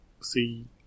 see